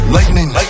Lightning